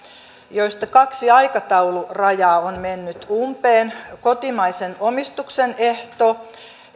joista kaksi aikataulurajaa on mennyt umpeen kotimaisen omistuksen ehto